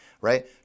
right